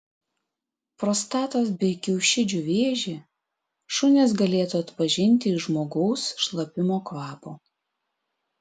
prostatos bei kiaušidžių vėžį šunys galėtų atpažinti iš žmogaus šlapimo kvapo